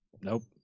nope